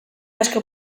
asko